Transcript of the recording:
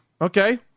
Okay